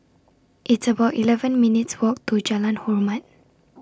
It's about eleven minutes' Walk to Jalan Hormat